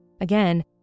again